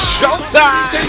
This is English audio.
Showtime